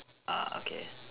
ah okay